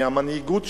מהמנהיגות שלו,